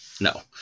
No